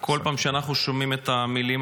כל פעם שאנחנו שומעים את המילים